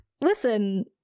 Listen